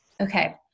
okay